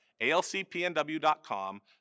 alcpnw.com